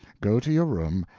go to your room,